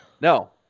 No